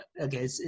Okay